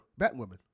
Batwoman